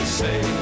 say